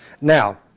Now